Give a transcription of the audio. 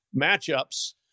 matchups